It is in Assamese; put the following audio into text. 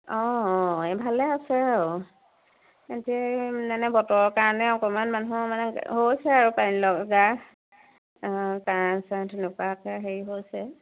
অঁ অঁ এই ভালে আছে আৰু এইকেইদিন মানে বতৰৰ কাৰণে অকণমান মানুহৰ মানে হৈছে আৰু পানী লগা কাঁহ তেনেকুৱাকৈ হেৰি হৈছে